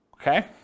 Okay